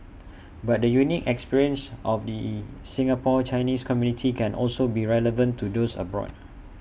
but the unique experience of the Singapore's Chinese community can also be relevant to those abroad